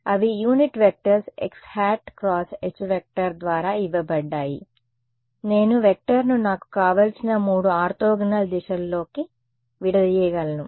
అవి unit vectors xˆ× H ద్వారా ఇవ్వబడ్డాయి నేను వెక్టర్ను నాకు కావలసిన 3 ఆర్తోగోనల్ దిశల్లోకి విడదీయగలను